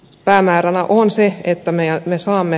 päämääränä on se että me osaamme